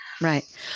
Right